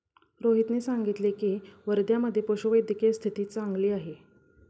रोहितने सांगितले की, वर्ध्यामधे पशुवैद्यकीय स्थिती चांगली आहे